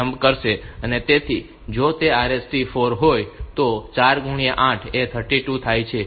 તેથી જો તે RST 4 હોય તો 4 ગુણ્યાં 8 એ 32 થાય છે